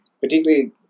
particularly